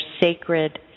sacred